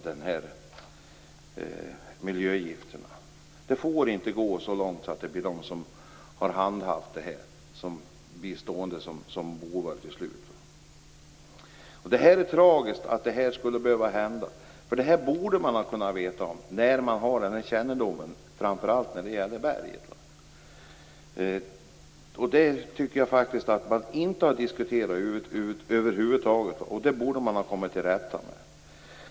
Detta får inte gå så långt att de anställda blir sedda som bovar. Det är tragiskt att detta skulle behöva hända. Man borde ha kunnat förutse det då man har kännedom om framför allt berget. Jag tycker inte att man diskuterat detta över huvud taget, men det borde man ha rett ut.